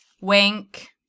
Wink